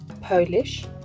Polish